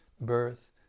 birth